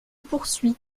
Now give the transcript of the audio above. poursuis